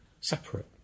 separate